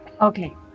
Okay